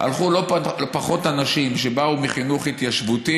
הלכו לא פחות אנשים שבאו מחינוך התיישבותי